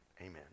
Amen